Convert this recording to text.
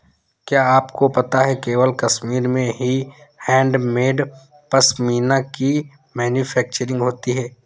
क्या आपको पता है केवल कश्मीर में ही हैंडमेड पश्मीना की मैन्युफैक्चरिंग होती है